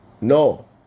no